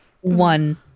One